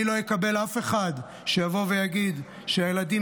אני לא אקבל אף אחד שיבוא ויגיד שהילדים